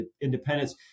independence